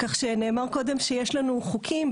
כך שנאמר קודם שיש לנו חוקים,